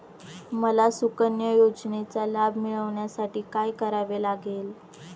मला सुकन्या योजनेचा लाभ मिळवण्यासाठी काय करावे लागेल?